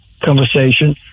Conversation